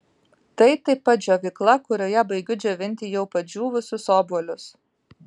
tai taip pat džiovykla kurioje baigiu džiovinti jau padžiūvusius obuolius